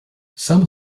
some